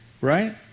right